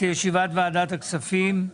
בוקר טוב, אני מתכבד לפתוח את ישיבת ועדת הכספים.